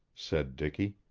said dicky.